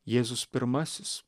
jėzus pirmasis